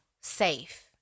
safe